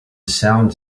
sounds